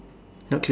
okay